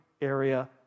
area